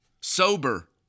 sober